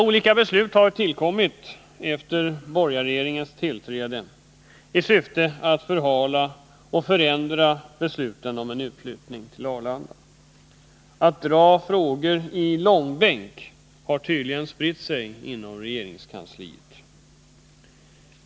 Olika beslut har tillkommit efter borgarregeringens tillträde för att förhala och förändra besluten om en utflyttning till Arlanda. Tendensen att dra frågor i långbänk har tydligen spritt sig inom regeringskansliet.